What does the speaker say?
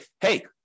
hey